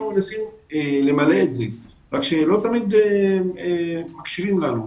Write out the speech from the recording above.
אנחנו ניסינו למלא את זה אבל לא תמיד מקשיבים לנו.